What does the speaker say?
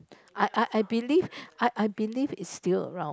I I I believe I I believe it's still around